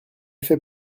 fait